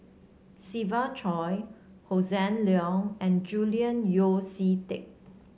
Siva Choy Hossan Leong and Julian Yeo See Teck